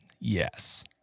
yes